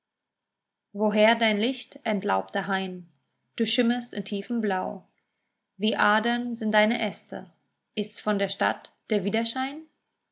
woher dein licht entlaubter hain du schimmerst in tiefem blau wie adern sind deine äste ist's von der stadt der widerschein